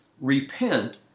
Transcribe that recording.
Repent